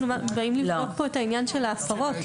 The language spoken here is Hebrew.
אנחנו באים לבדוק פה את העניין של ההפרות,